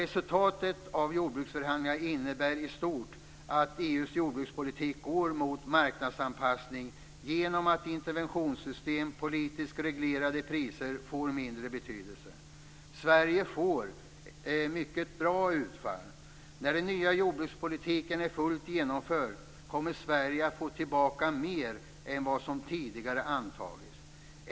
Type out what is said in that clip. Resultatet av jordbruksförhandlingarna innebär i stort att EU:s jordbrukspolitik går mot marknadsanpassning genom att interventionssystem och politiskt reglerade priser får mindre betydelse. Sverige får mycket bra utfall. När den nya jordbrukspolitiken är fullt genomförd kommer Sverige att få tillbaka mer än vad som tidigare antagits.